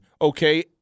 Okay